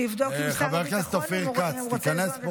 שיבדוק עם שר הביטחון אם הוא רוצה לשנות את